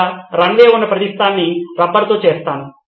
లేదా రన్వే ఉన్న ప్రదేశాన్ని రబ్బర్ తో చేస్తాను